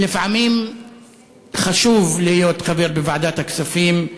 לפעמים חשוב להיות חבר בוועדת הכספים,